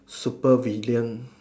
super villain